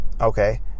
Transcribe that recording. Okay